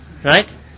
Right